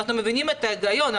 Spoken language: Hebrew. אנחנו מבינים את ההיגיון,